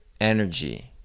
energy